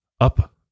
up